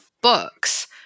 books